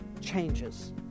changes